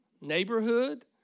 neighborhood